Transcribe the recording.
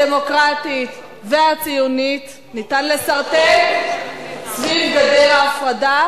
הדמוקרטית והציונית אפשר לסרטט סביב גדר ההפרדה